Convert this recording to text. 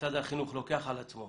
שמשרד החינוך לוקח על עצמו